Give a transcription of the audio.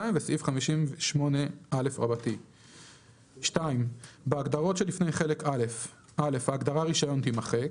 וסעיף 58א)"; (2)בהגדרות שלפני חלק א' (א)ההגדרה "רישיון" - תימחק,